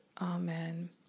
Amen